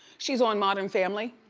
she's on modern family.